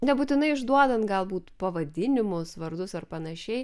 nebūtinai išduodant galbūt pavadinimus vardus ar panašiai